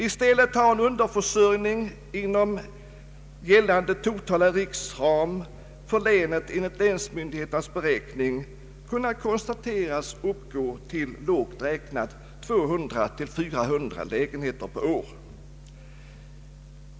I stället har en underförsörjning inom gällande totala riksram för länet enligt länsmyndigheternas beräkning kunnat konstateras uppgå till lågt räknat 200—400 lägenheter per år.